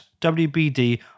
WBD